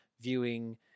viewing